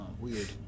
weird